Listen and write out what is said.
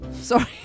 Sorry